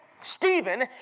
Stephen